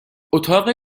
اتاق